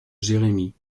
jérémie